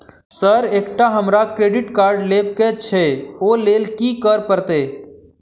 Sir एकटा हमरा credit card लेबकै छैय ओई लैल की करऽ परतै?